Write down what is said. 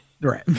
Right